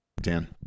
Dan